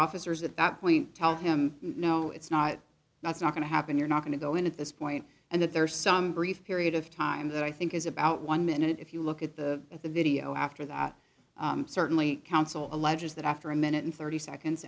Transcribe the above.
officers at that point tell him no it's not that's not going to happen you're not going to go in at this point and that there are some brief period of time that i think is about one minute if you look at the at the video after that certainly counsel alleges that after a minute and thirty seconds